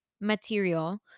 material